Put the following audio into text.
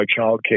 childcare